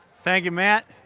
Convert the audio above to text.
thank you, matt.